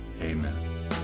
Amen